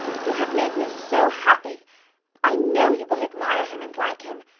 you have made me so happy i know you will admire him and like him.